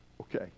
okay